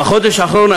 בחודש האחרון,